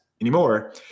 anymore